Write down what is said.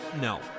No